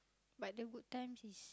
but the good times is